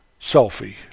selfie